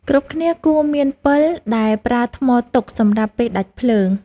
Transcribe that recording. គ្រប់គ្នាគួរមានពិល ដែលប្រើថ្មទុកសម្រាប់ពេលដាច់ភ្លើង។